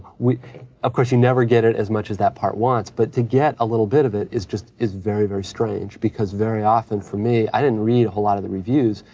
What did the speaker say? we of course, you never get it as much as that part wants, but to get a little bit of it is just, is very, very strange because very often, for me i didn't read a whole lot of the reviews,